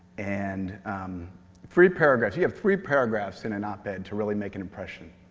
and um three paragraphs, you have three paragraphs in an op-ed to really make an impression.